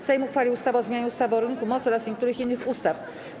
Sejm uchwalił ustawę o zmianie ustawy o rynku mocy oraz niektórych innych ustaw.